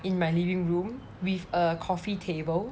in my living room with a coffee table